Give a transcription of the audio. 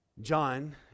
John